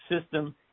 system